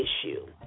issue